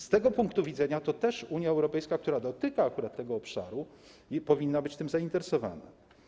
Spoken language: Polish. Z tego punktu widzenia też Unia Europejska, która dotyka akurat tego obszaru, powinna być tym zainteresowana.